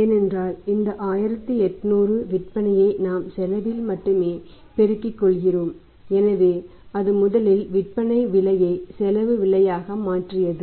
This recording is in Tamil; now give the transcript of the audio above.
ஏனென்றால் இந்த 1800 விற்பனையை நாம் செலவில் மட்டுமே பெருக்கிக் கொள்கிறோம் எனவே அது முதலில் விற்பனை விலையை செலவு விலையாக மாற்றியது